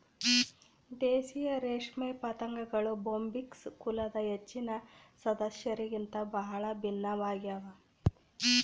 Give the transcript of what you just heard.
ದೇಶೀಯ ರೇಷ್ಮೆ ಪತಂಗಗಳು ಬೊಂಬಿಕ್ಸ್ ಕುಲದ ಹೆಚ್ಚಿನ ಸದಸ್ಯರಿಗಿಂತ ಬಹಳ ಭಿನ್ನವಾಗ್ಯವ